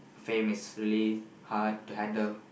fame is really hard to handle